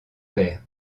père